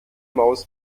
maus